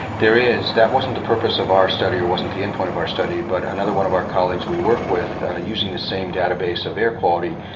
there is. that wasn't the purpose of our study or wasn't the endpoint of our study, but another one of our colleagues we work with, using the same database of air quality,